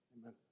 Amen